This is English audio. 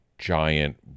giant